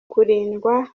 kurindwa